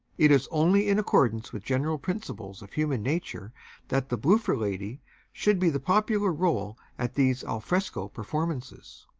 it is only in accordance with general principles of human nature that the bloofer lady should be the popular role at these al fresco performances.